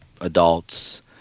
adults